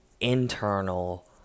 internal